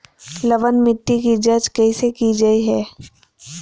लवन मिट्टी की जच कैसे की जय है?